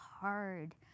hard